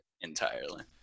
entirely